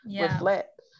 reflect